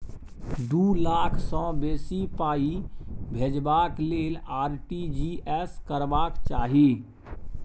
दु लाख सँ बेसी पाइ भेजबाक लेल आर.टी.जी एस करबाक चाही